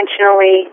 intentionally